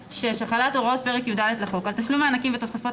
החלת הוראות פרק י"ד לחוק על תשלום מענקים ותוספות